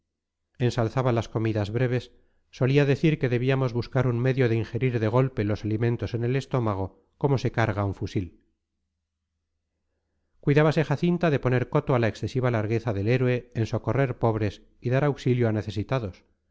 ensalzaba las comidas breves solía decir que debíamos buscar un medio de ingerir de golpe los alimentos en el estómago como se carga un fusil cuidábase jacinta de poner coto a la excesiva largueza del héroe en socorrer pobres y dar auxilio a necesitados